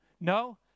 No